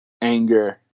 anger